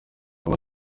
ubu